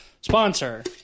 sponsor